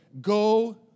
Go